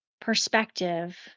perspective